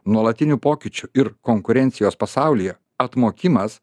nuolatinių pokyčių ir konkurencijos pasaulyje atmokimas